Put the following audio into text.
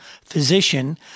physician